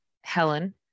Helen